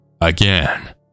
Again